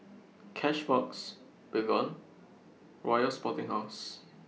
Cashbox Baygon Royal Sporting House